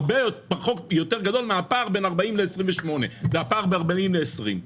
הרבה יותר גרוע מהפער בין 40 ל-28 - זה הפער בין 40 ל-20.